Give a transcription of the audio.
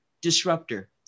disruptor